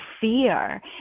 fear